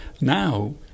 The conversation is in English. Now